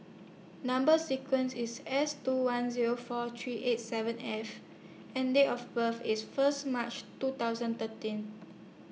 Number sequence IS S two one Zero four three eight seven F and Date of birth IS First March two thousand thirteen